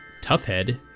Toughhead